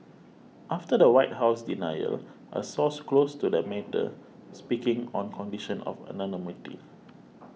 after the White House denial a source close to the matter speaking on condition of anonymity